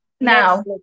now